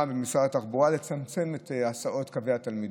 במשרד התחבורה לצמצם את הסעות קווי התלמידים.